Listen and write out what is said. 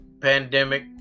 pandemic